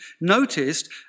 noticed